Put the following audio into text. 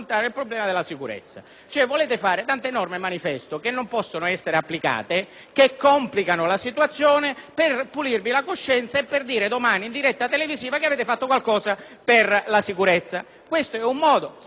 che complicano la situazione, per pulirvi la coscienza e dire domani, in diretta televisiva, che avete fatto qualcosa per la sicurezza. Questo è un modo sbagliato di agire, che non funziona. Almeno queste cose, che suonano ridicole,